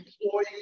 employee